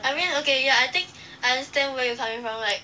I mean okay ya I think I understand where you coming from like